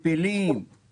מפילים על משרה?